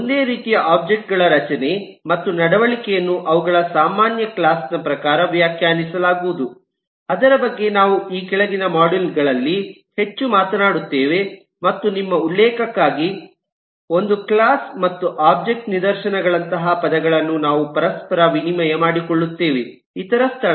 ಒಂದೇ ರೀತಿಯ ಒಬ್ಜೆಕ್ಟ್ ಗಳ ರಚನೆ ಮತ್ತು ನಡವಳಿಕೆಯನ್ನು ಅವುಗಳ ಸಾಮಾನ್ಯ ಕ್ಲಾಸ್ ನ ಪ್ರಕಾರ ವ್ಯಾಖ್ಯಾನಿಸಲಾಗುವುದು ಅದರ ಬಗ್ಗೆ ನಾವು ಈ ಕೆಳಗಿನ ಮಾಡ್ಯೂಲ್ ಗಳಲ್ಲಿ ಹೆಚ್ಚು ಮಾತನಾಡುತ್ತೇವೆ ಮತ್ತು ನಿಮ್ಮ ಉಲ್ಲೇಖಕ್ಕಾಗಿ ಒಂದು ಕ್ಲಾಸ್ ಮತ್ತು ಒಬ್ಜೆಕ್ಟ್ ನಿದರ್ಶನಗಳಂತಹ ಪದಗಳನ್ನು ನಾವು ಪರಸ್ಪರ ವಿನಿಮಯ ಮಾಡಿಕೊಳ್ಳುತ್ತೇವೆ ಇತರ ಸ್ಥಳ